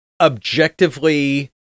objectively